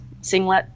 singlet